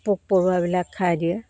পোক পৰুৱাবিলাক খাই দিয়ে